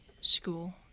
school